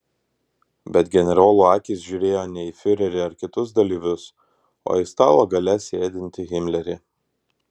bet generolų akys žiūrėjo ne į fiurerį ar kitus dalyvius o į stalo gale sėdintį himlerį